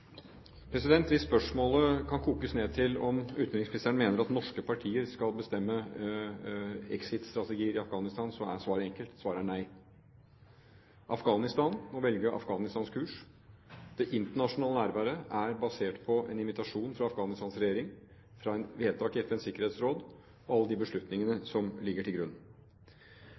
Hvis spørsmålet kan kokes ned til om utenriksministeren mener at norske partier skal bestemme exit-strategier i Afghanistan, så er svaret enkelt. Svaret er nei. Afghanistan må velge Afghanistans kurs. Det internasjonale nærværet er basert på en invitasjon fra Afghanistans regjering, fra et vedtak i FNs sikkerhetsråd og alle de beslutningene som ligger til grunn.